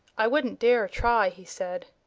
i wouldn't dare try, he said.